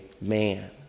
man